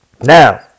Now